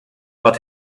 but